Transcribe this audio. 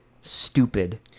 stupid